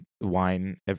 wine